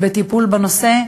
על הטיפול בנושא,